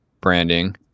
branding